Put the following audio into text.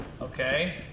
okay